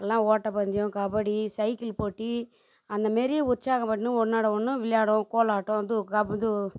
எல்லாம் ஓட்டப்பந்தயம் கபடி சைக்கிள் போட்டி அந்த மாரியே உற்சாகப்படுத்தணும் ஒன்னோட ஒன்று விளையாடும் கோலாட்டம்